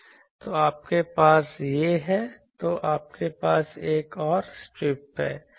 तो आपके पास ये हैं तो आपके पास एक और स्ट्रिप है